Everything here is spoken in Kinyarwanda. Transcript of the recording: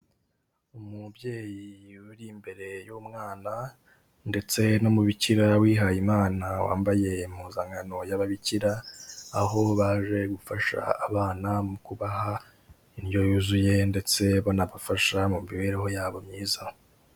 Umubyeyi uri imbere y'umwana ndetse n'umubikira wihaye Imana wambaye impuzankano y'ababikira, aho baje gufasha abana mu kubaha indyo yuzuye ndetse banabafasha mu mibereho yabo myiza.